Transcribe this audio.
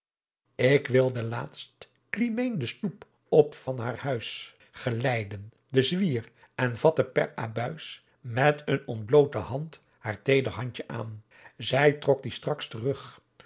ik wilde laatst climeen de stoep op van haar huys geleiden naar de zwier en vatte per abuijs met een ontbloote hand haar teeder handjen aan zy trok die straks terug